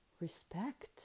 respect